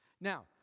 Now